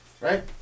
Right